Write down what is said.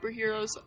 superheroes